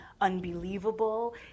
unbelievable